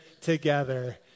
together